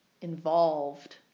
involved